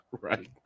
Right